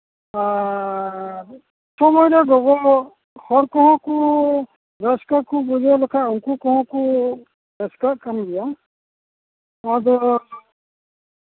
ᱟᱨᱻ ᱥᱚᱢᱚᱭ ᱨᱮ ᱜᱚᱜᱚ ᱦᱚᱲ ᱠᱚᱦᱚᱸ ᱠᱚ ᱨᱟᱹᱥᱠᱟᱹ ᱠᱚ ᱵᱩᱡᱷᱟᱹᱣ ᱞᱮᱠᱷᱟᱱ ᱩᱱᱠᱩ ᱠᱚᱦᱚᱸ ᱠᱚ ᱨᱟᱹᱥᱠᱟᱹᱜ ᱠᱟᱱ ᱜᱮᱭᱟ ᱟᱫᱚ